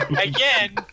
again